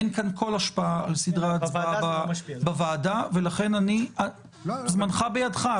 אין כאן כל השפעה על סדרי ההצבעה בוועדה ולכן אני --- זמנך בידך,